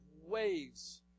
waves